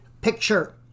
picture